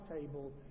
table